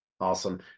Awesome